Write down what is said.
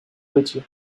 gauthier